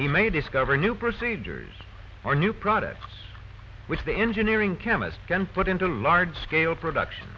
they may discover new procedures or new products which they engineering chemists can put into large scale production